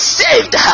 saved